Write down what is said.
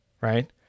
right